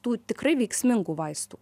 tų tikrai veiksmingų vaistų